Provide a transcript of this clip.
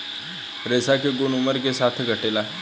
रेशा के गुन उमर के साथे घटेला